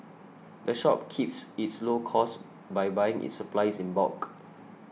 the shop keeps its low costs by buying its supplies in bulk